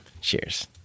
Cheers